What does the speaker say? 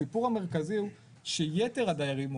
הסיפור הוא שיתר הדיירים,